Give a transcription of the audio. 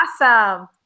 Awesome